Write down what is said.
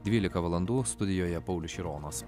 dvylika valandų studijoje paulius šironas